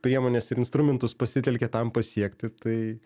priemones ir instrumentus pasitelkia tam pasiekti tai